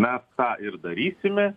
mes tą ir darysime